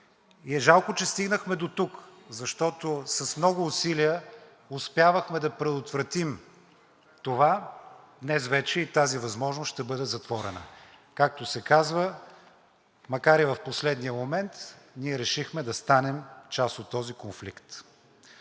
и е жалко, че стигнахме дотук, защото с много усилия успявахме да предотвратим това. Днес вече и тази възможност ще бъде затворена. Както се казва, макар и в последния момент, ние решихме да станем част от този конфликт.